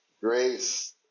grace